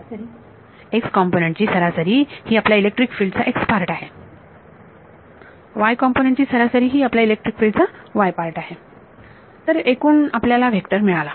विद्यार्थी सरासरी x component ची सरासरी ही आपल्या इलेक्ट्रिक फील्ड चा x पार्ट आहे y कॉम्पोनन्ट ची सरासरी ही आपल्या इलेक्ट्रिक फील्ड चा y पार्ट आहे Refer Time 2350 तर एकूण आपल्याला व्हेक्टरमिळाला